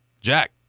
Jack